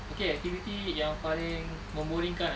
okay activity yang paling boring kan eh